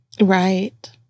Right